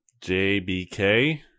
JBK